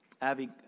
Abby